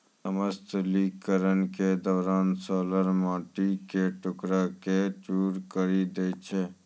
समतलीकरण के दौरान रोलर माटी क टुकड़ा क चूर करी दै छै